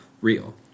real